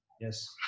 Yes